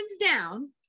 down